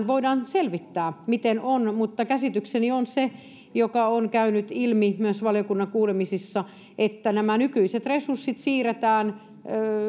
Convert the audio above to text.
voidaan selvittää miten on mutta käsitykseni on se joka on käynyt ilmi myös valiokunnan kuulemisissa että nämä nykyiset resurssit siirretään